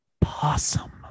possum